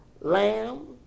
lamb